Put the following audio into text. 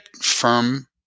firm